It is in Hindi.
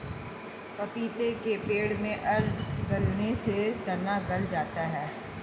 पपीते के पेड़ में आद्र गलन से तना गल जाता है